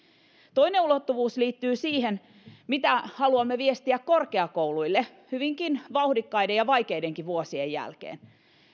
toinen ulottuvuus liittyy siihen mitä haluamme viestiä korkeakouluille hyvinkin vauhdikkaiden ja vaikeidenkin vuosien jälkeen